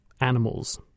animals